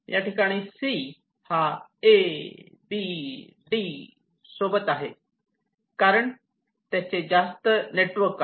या ठिकाणी सी हा एबीडी सोबत आहे कारण त्याचे जास्त नेटवक आहे